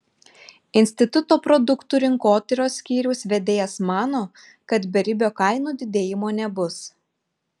instituto produktų rinkotyros skyriaus vedėjas mano kad beribio kainų didėjimo nebus